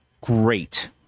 great